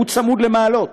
הוא צמוד למעלות.